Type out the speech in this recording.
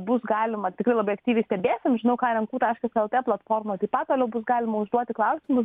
bus galima tikrai labai aktyviai stebėti nu žinau ką renku taškas lt platforma taip pat toliau bus galima užduoti klausimų